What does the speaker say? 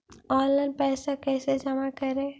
Online पैसा कैसे जमा करे?